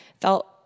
felt